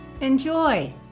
Enjoy